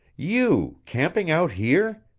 you camping out here!